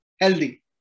healthy